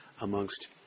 amongst